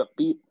upbeat